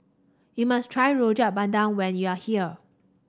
you must try Rojak Bandung when you are here